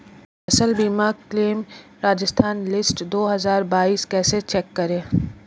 फसल बीमा claim Rajasthan list दो हज़ार बाईस कैसे चेक करें?